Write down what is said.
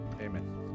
Amen